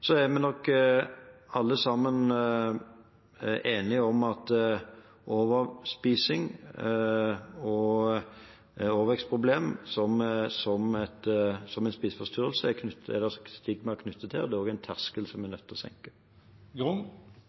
Vi er nok alle sammen enige om at det er knyttet stigma til overspising og overvektsproblem som en spiseforstyrrelse, og det er en terskel som vi er nødt til å senke.